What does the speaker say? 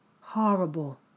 Horrible